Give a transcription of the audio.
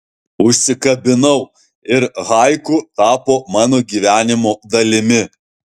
užsikabinau ir haiku tapo mano gyvenimo dalimi